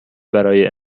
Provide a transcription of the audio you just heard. برای